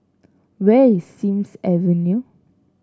where is Sims Avenue